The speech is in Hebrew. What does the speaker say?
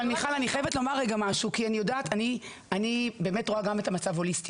אני רואה גם את המצב ההוליסטי,